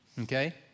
Okay